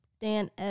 Dan